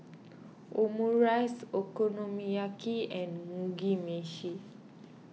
Omurice Okonomiyaki and Mugi Meshi